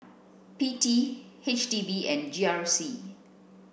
P T H D B and G R C